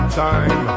time